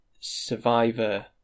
Survivor